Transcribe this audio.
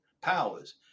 powers